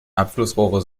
abflussrohre